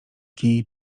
kij